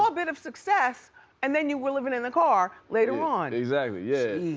ah bit of success and then you were living in the car later on. exactly yeah.